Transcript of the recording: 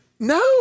No